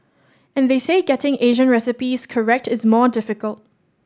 and they say getting Asian recipes correct is more difficult